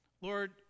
Lord